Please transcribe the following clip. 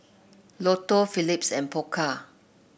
Lotto Phillips and Pokka